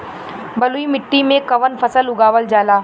बलुई मिट्टी में कवन फसल उगावल जाला?